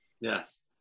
Yes